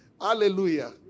Hallelujah